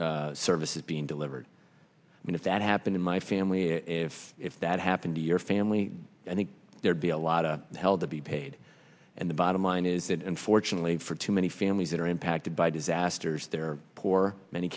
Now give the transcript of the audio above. services being delivered but if that happened in my family if if that happened to your family i think there'd be a lot of held to be paid and the bottom line is that unfortunately for too many families that are impacted by disasters they're poor many